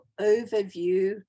overview